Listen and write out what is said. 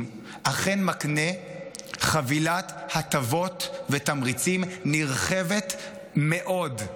אכן מקנה חבילת הטבות ותמריצים נרחבת מאוד.